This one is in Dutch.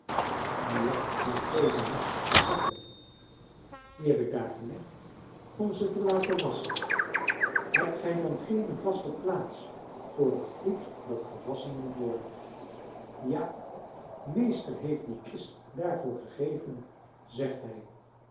hier zijn twee damasten servetten die heb ik daar gelegd om ze te laten wasschen hebt gij dan geene vaste plaats voor het goed dat gewasschen moet worden ja meester heeft die kist daarvoor gegeven zegt hij